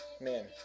man